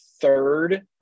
third